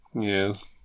Yes